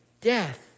death